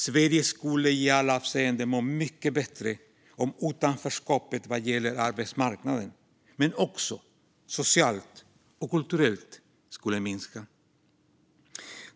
Sverige skulle i alla avseenden må mycket bättre om utanförskapet vad gäller arbetsmarknaden, men också utanförskapet socialt och kulturellt, minskade.